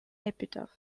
epitaph